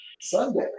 Sunday